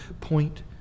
point